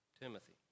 Timothy